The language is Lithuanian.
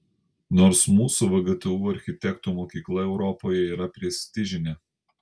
nors mūsų vgtu architektų mokykla europoje yra prestižinė